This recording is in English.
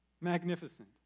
Magnificent